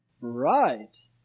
Right